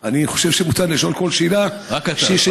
אני חושב שמותר לי לשאול כל שאלה ששייכת למשרדך.